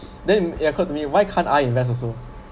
then it occurred to me why can't I invest also